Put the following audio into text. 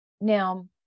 Now